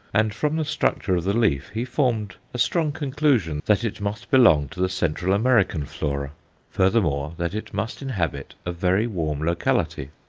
and from the structure of the leaf he formed a strong conclusion that it must belong to the central american flora furthermore, that it must inhabit a very warm locality.